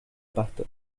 pasto